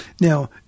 Now